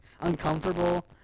uncomfortable